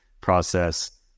process